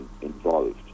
involved